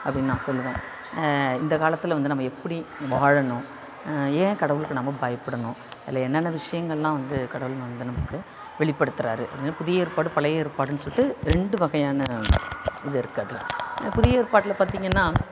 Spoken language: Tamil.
அப்படினு நான் சொல்லுவேன் இந்த காலத்தில் வந்து நம்ம எப்படி வாழணும் ஏன் கடவுளுக்கு நம்ம பயப்படணும் அதில் என்னென்ன விஷயங்கள்லாம் வந்து கடவுள் வந்து நமக்கு வெளிப்படுத்துறார் அப்படினு புதிய ஏற்பாடு பழைய ஏற்பாடுன்னு சொல்லிவிட்டு ரெண்டு வகையான இது இருக்கு அதில் புதிய ஏற்பாட்டில் பார்த்திங்கன்னா